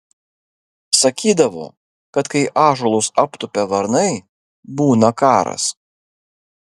sakydavo kad kai ąžuolus aptupia varnai būna karas